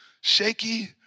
shaky